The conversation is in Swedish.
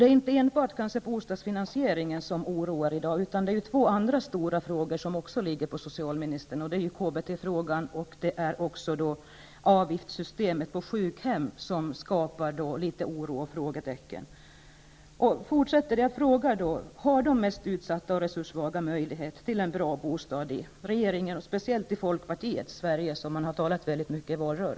Det är i dag inte enbart bostadsfinansieringen som oroar, utan det gör även två andra stora frågor, som också ligger inom socialministerns ansvarsområde, nämligen KBT och avgiftssystemet för sjukhem. Folkpartiet talade ju i valrörelsen mycket om dessa frågor.